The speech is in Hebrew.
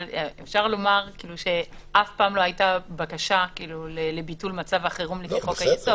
אבל אפשר לומר שאף פעם לא הייתה בקשה לביטול מצב החירום לפי חוק היסוד,